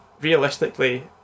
realistically